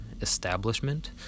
establishment